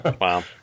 Wow